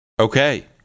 Okay